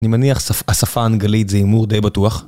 אני מניח ששפה אנגלית זה הימור די בטוח